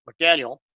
McDaniel